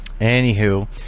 anywho